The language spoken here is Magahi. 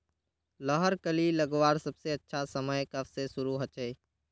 लहर कली लगवार सबसे अच्छा समय कब से शुरू होचए?